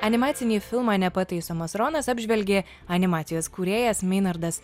animacinį filmą nepataisomas ronas apžvelgė animacijos kūrėjas meinardas